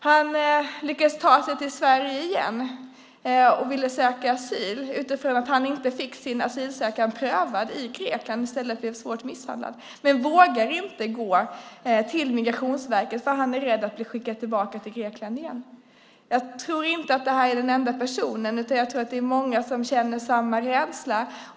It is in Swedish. Han lyckades ta sig till Sverige igen och ville söka asyl här eftersom han inte fick sin asylansökan prövad i Grekland utan i stället blev svårt misshandlad. Men han vågar inte gå till Migrationsverket, för han är rädd att bli skickad tillbaka till Grekland igen. Jag tror inte att det här är den enda personen. Jag tror att det är många som känner samma rädsla.